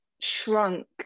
shrunk